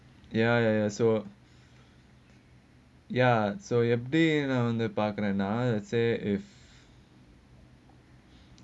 ya ya ya so ya எப்டி நா வந்து பாக்குறேனா:epdi naa vanthu paakuraenaa on the say if